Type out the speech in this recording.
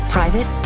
Private